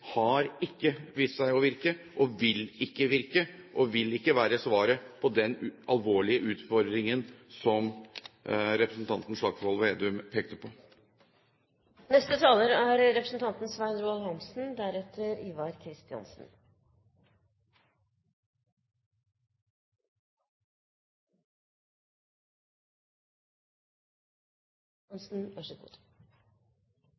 har vist seg ikke å virke, og vil ikke virke. Det vil ikke være svaret på den alvorlige utfordringen som representanten Slagsvold Vedum pekte på.